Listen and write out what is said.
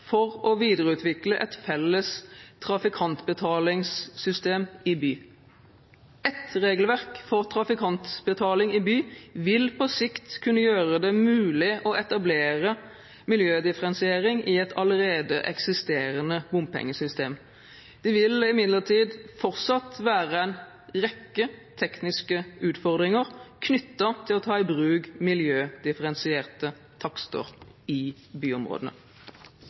for å videreutvikle et felles trafikantbetalingssystem i by. Ett regelverk for trafikantbetaling i by vil på sikt kunne gjøre det mulig å etablere miljødifferensiering i et allerede eksisterende bompengesystem. Det vil imidlertid fortsatt være en rekke tekniske utfordringer knyttet til å ta i bruk miljødifferensierte takster i byområdene.